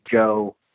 Joe